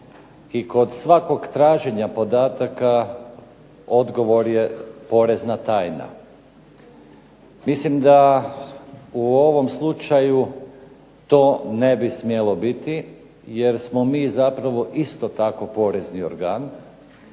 I kod svakog traženja podataka odgovor je porezna tajna. Mislim da u ovom slučaju to ne bi smjelo biti, jer smo mi zapravo isto tak porezni organ,